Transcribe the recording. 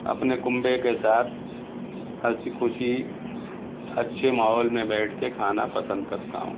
اپنے کنبے کے ساتھ ہنسی خوشی اچھے ماحول میں بیٹھ کے کھانا پسند کرتا ہوں